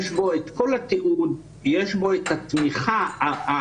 יש בו את כל התיעוד, יש בו את התמיכה המדעית.